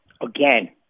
again